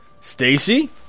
Stacy